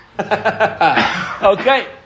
Okay